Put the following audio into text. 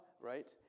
right